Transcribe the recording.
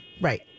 Right